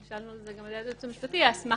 נשאלנו על זה גם על ידי הייעוץ המשפטי כשהאסמכתה,